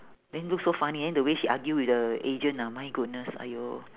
then look so funny then the way she argue with the agent ah my goodness !aiyo!